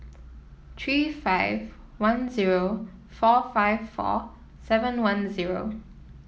three five one zero four five four seven one zero